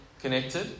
connected